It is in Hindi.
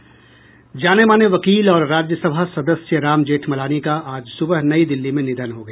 जाने माने वकील और राज्यसभा सदस्य राम जेठमलानी का आज सुबह नई दिल्ली में निधन हो गया